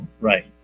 Right